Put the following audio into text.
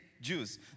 Jews